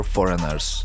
Foreigners